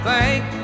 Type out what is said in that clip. thank